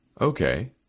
Okay